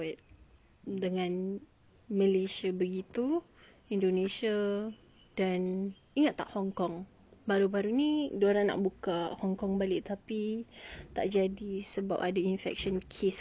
dengan malaysia begitu indonesia dan ingat tak hong-kong baru-baru ni dia orang nak buka hong-kong balik tapi tak jadi sebab ada about other infection case